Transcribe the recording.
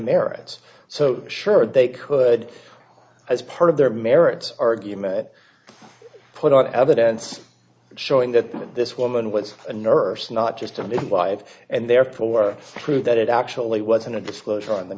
merits so sure they could as part of their merits argument put out evidence showing that this woman was a nurse not just a midwife and therefore prove that it actually wasn't a disclosure on the